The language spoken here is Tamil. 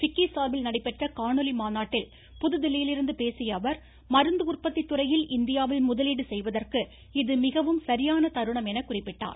பிக்கி சார்பில் நடைபெற்ற காணொலி மாநாட்டில் புதுதில்லியிலிருந்து பேசிய அவர் மருந்து உற்பத்தி துறையில் இந்தியாவில் முதலீடு செய்வதற்கு இது மிகவும் சரியான தருணம் என குறிப்பிட்டார்